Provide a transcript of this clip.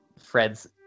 Fred's